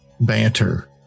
banter